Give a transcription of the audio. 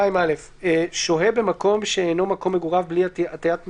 2א. אי-עטיית מסכה 2א. שוהה במקום שאינו מקום מגוריו בלי עטיית מסכה,